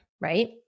right